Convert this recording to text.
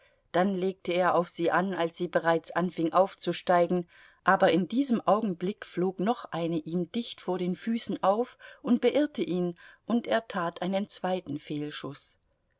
dann legte er auf sie an als sie bereits anfing aufzusteigen aber in diesem augenblick flog noch eine ihm dicht vor den füßen auf und beirrte ihn und er tat einen zweiten fehlschuß